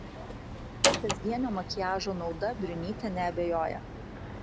kasdienio makiažo nauda briunytė neabejoja